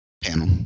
panel